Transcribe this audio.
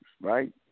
right